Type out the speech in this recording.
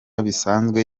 bisanzwe